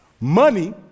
Money